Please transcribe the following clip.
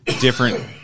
different